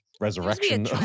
resurrection